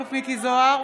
מכלוף מיקי זוהר,